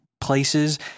places